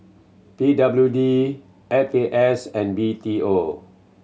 P W D F A S and B T O